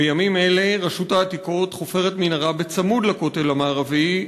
בימים אלה רשות העתיקות חופרת מנהרה בצמוד לכותל המערבי,